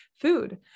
food